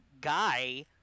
guy